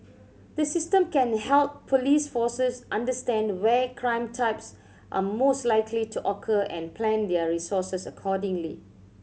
the system can help police forces understand where crime types are most likely to occur and plan their resources accordingly